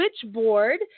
switchboard